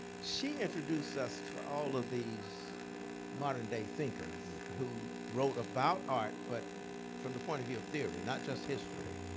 she introduced us to all of these modern day thinkers, who wrote about art, but from the point-of-view of theory, not just history.